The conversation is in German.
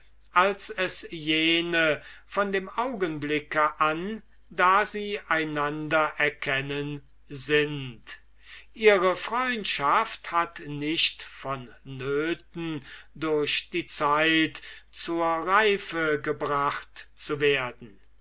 als es jene von dem augenblick an da sie einander erkennen sind ihre freundschaft hat nicht vonnöten durch die zeit zur reife gebracht zu werden